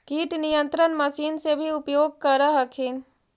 किट नियन्त्रण मशिन से भी उपयोग कर हखिन?